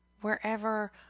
wherever